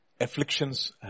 Afflictions